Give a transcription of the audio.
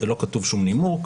לא כתוב שום נימוק,